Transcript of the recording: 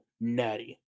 natty